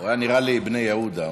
הוא היה נראה לי בני יהודה.